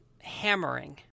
hammering